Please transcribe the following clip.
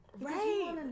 Right